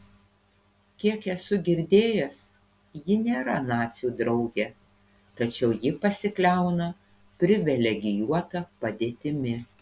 kiek esu girdėjęs ji nėra nacių draugė tačiau ji pasikliauna privilegijuota padėtimi